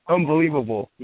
Unbelievable